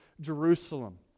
Jerusalem